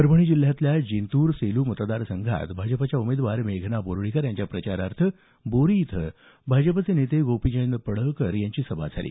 परभणी जिल्ह्यातल्या जिंतूर सेलू मतदार संघातल्या भाजपच्या उमेदवार मेघना बोर्डीकर यांच्या प्रचारार्थ बोरी इथं भाजपचे नेते गोपीचंद पडळकर यांची सभा झाली